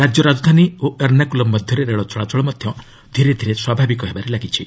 ରାଜ୍ୟ ରାଜଧାନୀ ଓ ଏର୍ଣ୍ଣାକୁଲମ୍ ମଧ୍ୟରେ ରେଳ ଚଳାଚଳ ମଧ୍ୟ ଧୀରେଧୀରେ ସ୍ୱାଭାବିକ ହେବାରେ ଲାଗିଛି